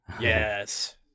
Yes